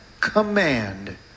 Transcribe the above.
command